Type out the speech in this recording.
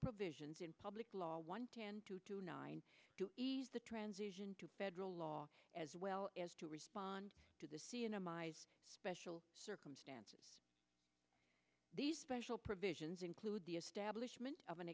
provisions in public law one can do to nine to ease the transition to federal law as well as to respond to the sea in a my special circumstances these special provisions include the stablish meant of an